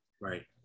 right